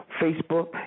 Facebook